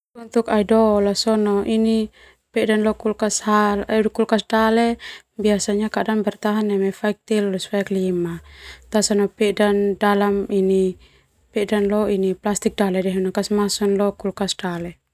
Untuk aidola sona ini peda lo kulkas dale biasanya kadang bertahan losa faik telu tasona faik lima tasona peda lo plastik dale basa sona kasmasok lo kulkas dale.